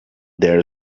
there